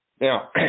Now